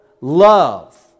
love